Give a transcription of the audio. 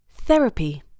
Therapy